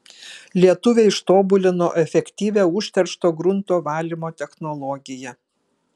lietuviai ištobulino efektyvią užteršto grunto valymo technologiją